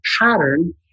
pattern